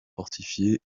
fortifiées